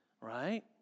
right